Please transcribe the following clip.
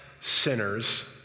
sinners